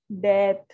death